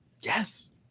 Yes